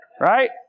Right